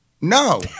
No